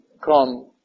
come